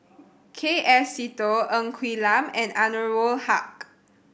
K F Seetoh Ng Quee Lam and Anwarul Haque